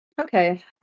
Okay